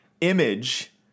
image